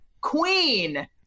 Queen